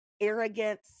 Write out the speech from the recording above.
arrogance